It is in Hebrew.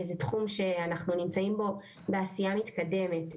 זה תחום שאנחנו נמצאים בו בעשייה מתקדמת,